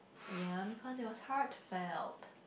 ya because it was heartfelt